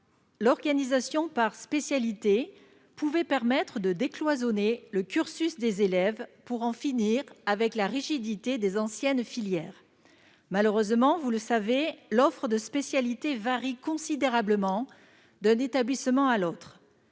l'organisation par spécialités pouvait permettre de décloisonner le cursus des élèves pour en finir avec la rigidité des anciennes filières. Malheureusement, vous le savez, l'offre de spécialités varie considérablement d'un établissement à l'autre.